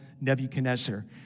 Nebuchadnezzar